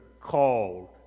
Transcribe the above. called